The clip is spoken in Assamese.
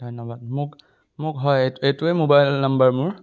ধন্যবাদ মোক মোক হয় এইটোৱেই মোবাইল নম্বৰ মোৰ